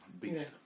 beast